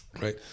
right